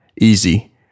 Easy